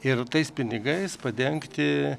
ir tais pinigais padengti